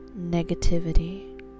negativity